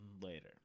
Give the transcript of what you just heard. later